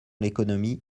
l’économie